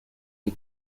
die